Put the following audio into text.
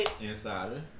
insider